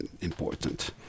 important